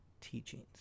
teachings